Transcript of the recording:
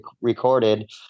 recorded